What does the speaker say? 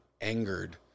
angered